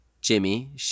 Jimmy